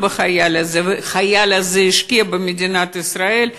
בחייל הזה ושהחייל הזה השקיע במדינת ישראל,